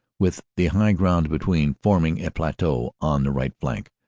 with the high ground between, forming a plateau on the right flank,